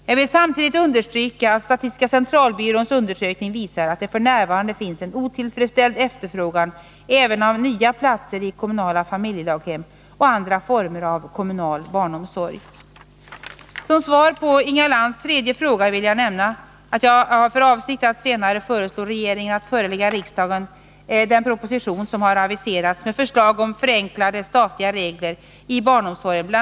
Jag vill samtidigt understryka att statistiska centralbyråns undersökning visar att det f. n. finns en otillfredsställd efterfrågan även av nya platser i kommunala familjedaghem och andra former av kommunal barnomsorg. Som svar på Inga Lantz tredje fråga vill jag nämna att jag har för avsikt att senare föreslå regeringen att förelägga riksdagen den proposition som aviserats med förslag om förenklade statliga regler i barnomsorgen. Bl.